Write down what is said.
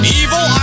evil